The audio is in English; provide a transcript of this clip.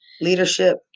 leadership